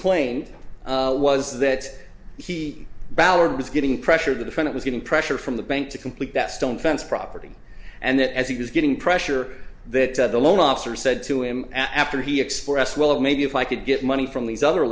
planed was that he ballard was getting pressured to the front it was getting pressure from the bank to complete that stone fence property and that as he was getting pressure that the loan officer said to him after he expressed well maybe if i could get money from these other